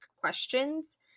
questions